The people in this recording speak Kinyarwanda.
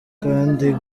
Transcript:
kandi